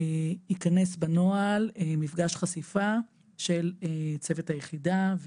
ייכנס בנוהל מפגש חשיפה של צוות היחידה,